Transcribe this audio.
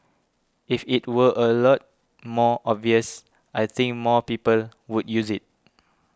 if it were a lot more obvious I think more people would use it